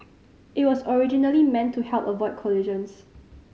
it was originally meant to help avoid collisions